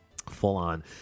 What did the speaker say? Full-on